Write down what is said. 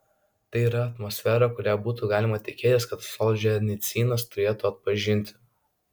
tai yra atmosfera kurią būtų galima tikėtis kad solženicynas turėtų atpažinti